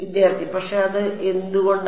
വിദ്യാർത്ഥി പക്ഷേ അത് എന്തുകൊണ്ട്